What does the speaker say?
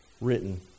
written